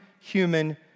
human